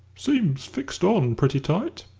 seems fixed on pretty tight.